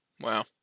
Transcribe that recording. Wow